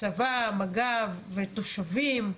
צבא, מג"ב ותושבים,